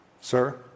Sir